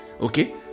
Okay